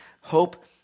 hope